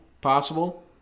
possible